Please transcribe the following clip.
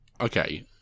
Okay